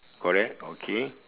correct okay